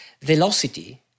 velocity